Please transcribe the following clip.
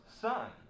son